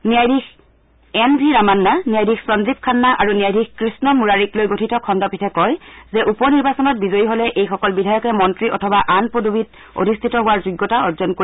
ন্যায়াধীশ N V Ramana ন্যায়াধীশ সঞ্জীৱ খান্না আৰু ন্যায়াধীশ কৃষ্ণ মুৰাৰীক লৈ গঠিত খণ্ডপীঠে কয় যে উপ নিৰ্বাচনত বিজয়ী হলে এইসকল বিধায়কে মন্ত্ৰী অথবা আন পদবীত অধিষ্ঠিত হোৱাৰ যোগ্যতা অৰ্জন কৰিব